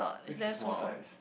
good it's small size